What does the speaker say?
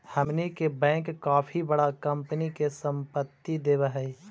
हमनी के बैंक काफी बडा कंपनी के संपत्ति देवऽ हइ